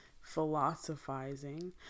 philosophizing